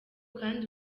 kandi